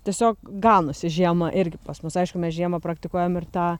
tiesiog ganosi žiemą irgi pas mus aišku mes žiemą praktikuojam ir tą